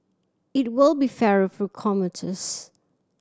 it will be fairer for commuters